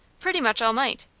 pretty much all night.